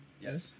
Yes